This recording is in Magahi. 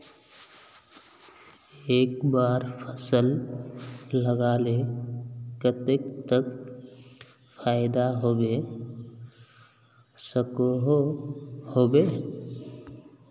एक बार फसल लगाले कतेक तक फायदा होबे सकोहो होबे?